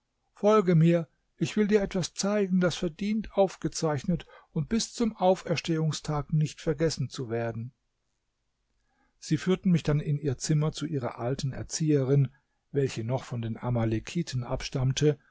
folge mir ich will dir etwas zeigen das verdient aufgezeichnet und bis zum auferstehungstag nicht vergessen zu werden sie führten mich dann in ihr zimmer zu ihrer alten erzieherin welche noch von amalekiten abstammte